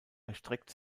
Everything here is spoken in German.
erstreckt